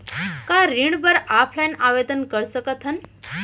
का ऋण बर ऑफलाइन आवेदन कर सकथन?